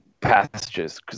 passages